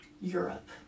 Europe